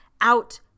out